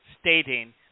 stating